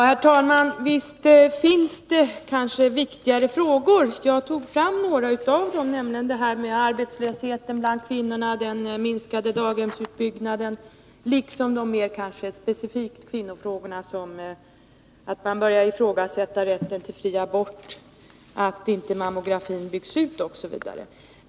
Herr talman! Visst finns det kanske viktigare frågor. Jag tog fram några av dem, nämligen arbetslösheten bland kvinnorna, den minskade daghemsutbyggnaden, liksom de mer specifika kvinnofrågorna, dvs. att man börjar ifrågasätta rätten till fri abort, att mammografin inte byggs ut osv.